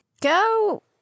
Go